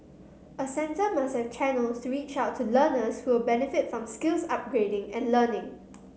a centre must have channels to reach out to learners who will benefit from skills upgrading and learning